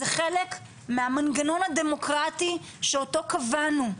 זה חלק מהמנגנון הדמוקרטי שאותו קבענו.